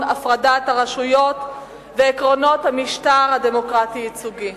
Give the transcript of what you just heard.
הפרדת הרשויות ועקרונות המשטר הדמוקרטי הייצוגי.